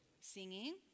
Singing